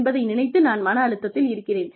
என்பதை நினைத்து நான் மன அழுத்தத்தில் இருக்கிறேன்